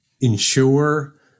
ensure